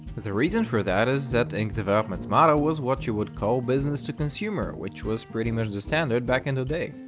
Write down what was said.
the reason for that is that ink development's model was what you would call business-to-consumer, which was pretty much the standard back in the day.